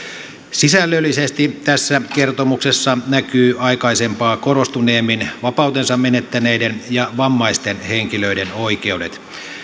sisällöllisesti tässä kertomuksessa näkyvät aikaisempaa korostuneemmin vapautensa menettäneiden ja vammaisten henkilöiden oikeudet